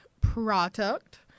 product